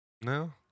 No